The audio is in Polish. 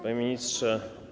Panie Ministrze!